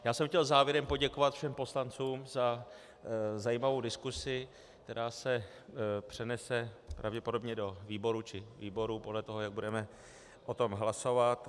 Já jsem chtěl závěrem poděkovat všem poslancům za zajímavou diskusi, která se přenese pravděpodobně do výboru či výborů, podle toho, jak budeme potom hlasovat.